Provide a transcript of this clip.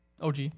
OG